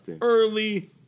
Early